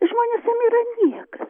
žmonės jam yra niekas